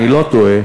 אם אני לא טועה,